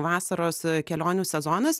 vasaros kelionių sezonas